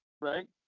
right